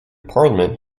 parliament